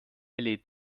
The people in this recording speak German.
led